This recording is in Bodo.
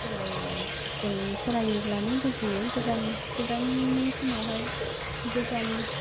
फरायो जों फरायोब्लानो बुजियो गोजाम सिगांनि समावहाय गोजाम